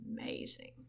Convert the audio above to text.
amazing